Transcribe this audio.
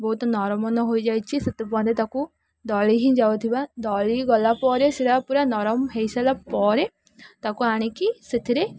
ବହୁତ ନରମ ନ ହୋଇଯାଇଛି ସେଥିପର୍ଯ୍ୟନ୍ତ ତାକୁ ଦଳି ହିଁ ଯାଉଥିବା ଦଳି ଗଲାପରେ ସେଟା ପୁରା ନରମ ହେଇସାରିଲା ପରେ ତାକୁ ଆଣିକି ସେଥିରେ